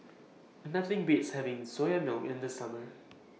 Nothing Beats having Soya Milk in The Summer